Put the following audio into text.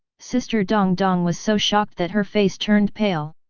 sister dong dong was so shocked that her face turned pale.